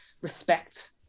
respect